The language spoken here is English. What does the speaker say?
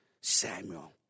Samuel